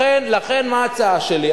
לכן, מה ההצעה שלי?